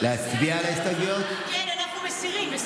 כן, אנחנו מסירים.